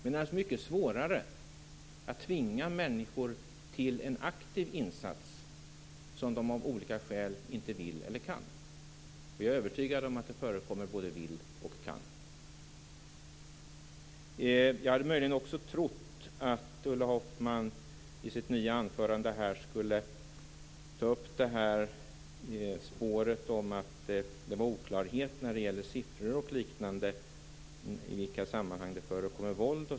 Men det är mycket svårare att tvinga människor till en aktiv insats som de av olika skäl inte vill eller inte kan göra. Jag är övertygad om att det förekommer både "inte vill" och "inte kan". Jag hade möjligen trott att Ulla Hoffmann i sitt anförande skulle ta upp spåret om att det rådde oklarhet när det gällde siffror och liknande beträffande i vilka sammanhang det förekommer våld.